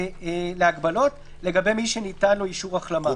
להגבלות לגבי מי שניתן לו אישור החלמה,